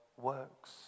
works